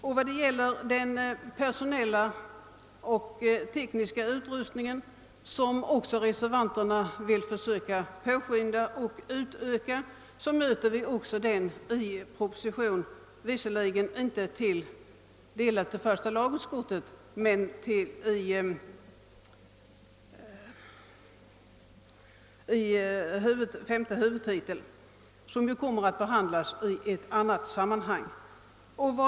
Även utvecklingen av de personella och tekniska resurserna, som reservanterna också vill söka påskynda, har tagits upp propositionsvägen, nämligen under femte huvudtiteln, som visserligen inte faller på första lagutskottet men som kommer att behandlas i annat sammanhang.